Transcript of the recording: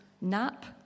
nap